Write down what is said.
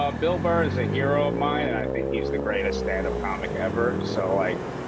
um bill burr is a hero of mine, and i think he's the greatest stand-up comic ever. so, like,